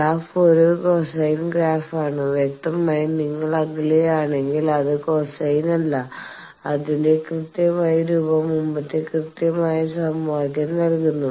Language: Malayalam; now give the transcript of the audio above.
ഗ്രാഫ് ഒരു കോസൈൻ ഗ്രാഫാണ് വ്യക്തമായും നിങ്ങൾ അകലെയാണെങ്കിൽ അത് കോസൈൻ അല്ല അതിന്റെ കൃത്യമായ രൂപം മുമ്പത്തെ കൃത്യമായ സമവാക്യം നൽകുന്നു